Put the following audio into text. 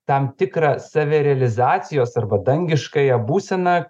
tam tikrą savirealizacijos arba dangiškąją būseną